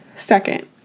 Second